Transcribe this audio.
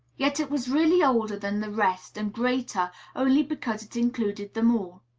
yet it was really older than the rest, and greater only because it included them all.